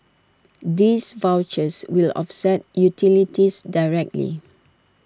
these vouchers will offset utilities directly